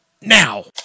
now